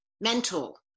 mental